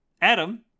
Adam